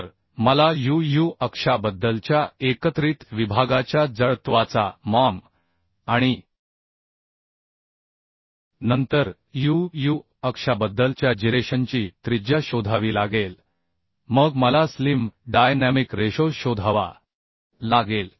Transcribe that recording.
तर मला uu अक्षाबद्दलच्या एकत्रित विभागाच्या जडत्वाचा क्षण आणि नंतर uuअक्षाबद्दलच्या जिरेशनची त्रिज्या शोधावी लागेल मग मला स्लिम डायनॅमिक रेशो शोधावा लागेल